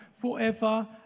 forever